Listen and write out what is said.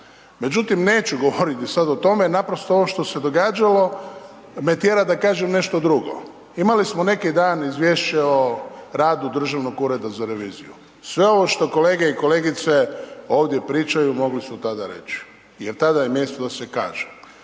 Međutim, neću govoriti sad o tome, naprosto ovo što se događalo me tjera da kažem nešto drugo. Imali smo neki dan Izvješće o radu Državnog ureda za reviziju. Sve ovo što kolege i kolegice ovdje pričaju, mogli su tada reći jer tada je mjesto da se kaže.